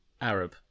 Arab